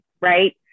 right